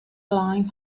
long